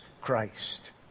Christ